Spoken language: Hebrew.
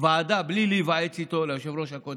ועדה בלי להיוועץ בו, ליושב-ראש הקודם.